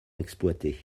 exploité